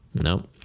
Nope